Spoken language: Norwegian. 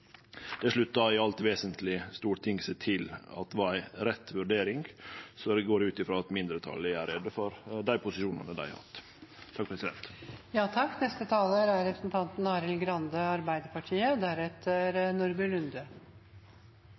Det sluttar i alt vesentleg Stortinget seg til at var ei rett vurdering. Eg går ut frå at mindretalet gjer greie for dei posisjonane dei har hatt.